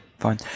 fine